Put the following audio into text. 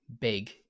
big